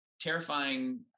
terrifying